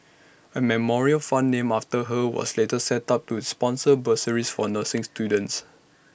A memorial fund named after her was later set up to sponsor bursaries for nursing students